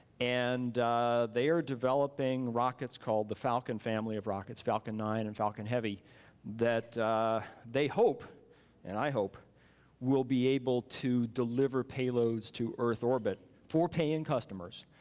and they are developing rockets called the falcon family of rockets, falcon nine and falcon heavy that they hope and i hope will be able to deliver payloads to earth orbit for paying customers